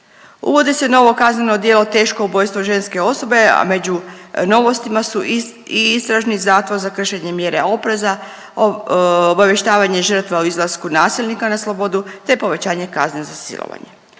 Uvodi se novo kazneno djelo teško ubojstvo ženske osobe, a među novostima su i istražni zatvor za kršenje mjere opreza, obavještavanje žrtve o izlasku nasilnika na slobodu, te povećanje kazne za silovanje.